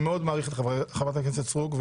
אני מאוד מעריך את חברת הכנסת סטרוק,